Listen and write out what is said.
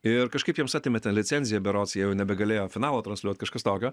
ir kažkaip jiems atėmė tą licenzija berods jie jau nebegalėjo finalo transliuot kažkas tokio